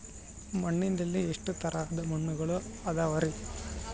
ಮಣ್ಣಿನಲ್ಲಿ ಎಷ್ಟು ತರದ ಮಣ್ಣುಗಳ ಅದವರಿ?